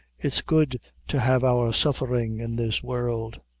it's good to have our suffering in this world.